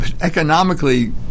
economically